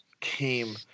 came